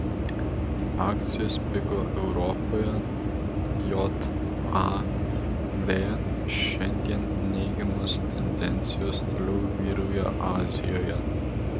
akcijos pigo europoje jav šiandien neigiamos tendencijos toliau vyrauja azijoje